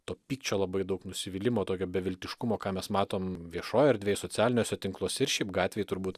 to pykčio labai daug nusivylimo tokio beviltiškumo ką mes matom viešoj erdvėj socialiniuose tinkluose ir šiaip gatvėj turbūt